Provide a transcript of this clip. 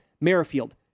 Merrifield